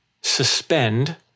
suspend